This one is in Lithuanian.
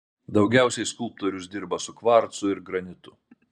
daugiausiai skulptorius dirba su kvarcu ir granitu